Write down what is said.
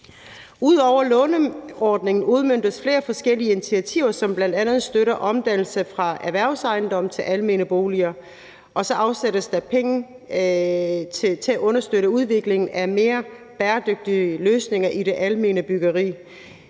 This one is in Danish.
Ud over låneordningen udmøntes flere forskellige initiativer, som bl.a. støtter omdannelse fra erhvervsejendomme til almene boliger. Og så afsættes der penge til at understøtte udviklingen af mere bæredygtige løsninger i det almene byggeri.